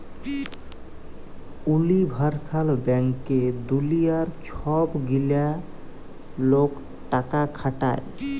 universal ব্যাংকে দুলিয়ার ছব গিলা লক টাকা খাটায়